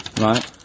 Right